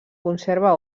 conserva